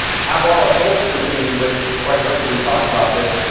have our upholstery team which quite frankly, we've talked about this.